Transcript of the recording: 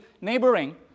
neighboring